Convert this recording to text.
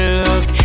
look